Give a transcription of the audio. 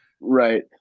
Right